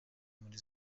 muri